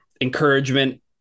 encouragement